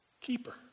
keeper